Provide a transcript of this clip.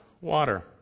water